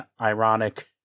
ironic